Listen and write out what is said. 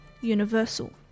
universal